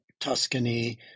Tuscany